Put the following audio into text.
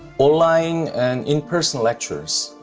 online and in-person lectures,